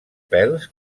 pèls